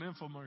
infomercial